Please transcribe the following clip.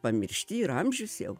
pamiršti ir amžius jau